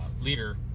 leader